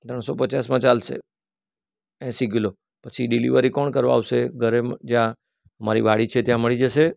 ત્રણસો પચાસમાં ચાલશે એંસી કિલો પછી ડિલિવરી કોણ કરવા આવશે ઘરે જ્યાં મારી વાડી છે ત્યાં મળી જશે